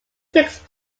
takes